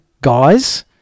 guys